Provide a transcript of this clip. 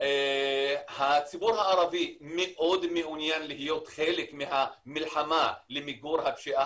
הציבור הערבי מאוד מעוניין להיות חלק מהמלחמה למיגור הפשיעה